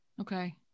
Okay